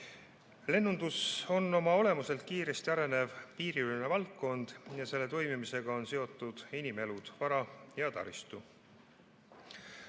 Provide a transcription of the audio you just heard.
Lennundus on oma olemuselt kiiresti arenev piiriülene valdkond ja selle toimimisega on seotud inimelud, vara ja taristu.